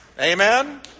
amen